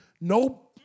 No